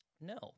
No